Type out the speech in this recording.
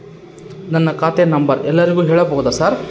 ನನ್ನ ಖಾತೆಯ ನಂಬರ್ ಎಲ್ಲರಿಗೂ ಹೇಳಬಹುದಾ ಸರ್?